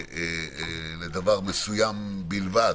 לדבר מסוים בלבד.